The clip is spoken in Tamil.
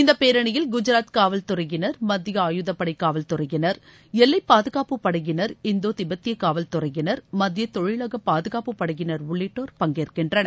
இந்த பேரனியில் குஜராத் காவல் துறையினர் மத்திய ஆயுதப்படை காவல்துறையினர் எல்லைப் பாதுகாப்புப்படையினர் இந்தோ தீபெத்ய காவல் துறையினர் மத்திய தொழிலக பாதுகாப்புப் படையினர் உள்ளிட்டோர் பங்கேற்கின்றனர்